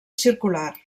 circular